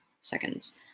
seconds